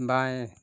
बाएँ